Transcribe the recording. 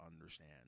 understand